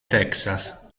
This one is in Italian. texas